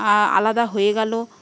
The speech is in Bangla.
আলাদা হয়ে গেল